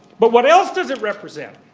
but what else does it represent?